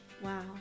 Wow